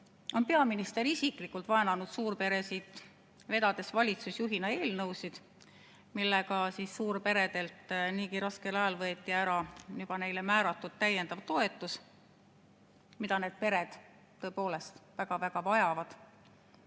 on peaminister isiklikult vaenanud suurperesid, vedades valitsusjuhina eelnõusid, millega suurperedelt niigi raskel ajal võeti ära neile juba määratud täiendav toetus, mida need pered tõepoolest väga-väga vajavad.